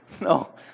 No